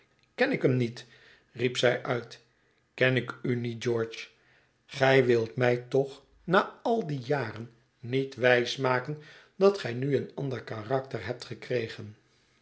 ken ik hem niet riep zij uit ken ik u niet george gij wilt mij toch na al die jaren niet wijs maken dat gij nu een ander karakter hebt gekregen